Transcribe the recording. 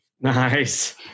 Nice